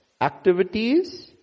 activities